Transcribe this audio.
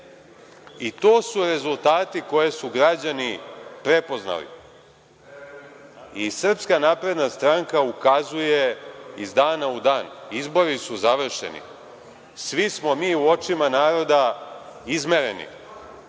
To su rezultati koje su građani prepoznali. I SNS ukazuje iz dana u dan, izbori su završeni, svi smo mi u očima naroda izmereni.